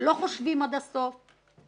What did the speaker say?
שלא חושבים עד הסוף,